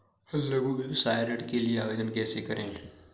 लघु व्यवसाय ऋण के लिए आवेदन कैसे करें?